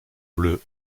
bleus